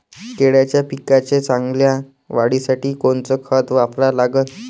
केळाच्या पिकाच्या चांगल्या वाढीसाठी कोनचं खत वापरा लागन?